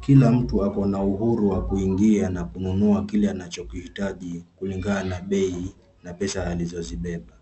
Kila mtu ako na uhuru wa kuingia na kununua kile anachokihitaji kulingana na bei na pesa alizozibeba.